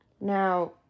now